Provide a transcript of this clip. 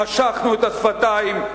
נשכנו את השפתיים,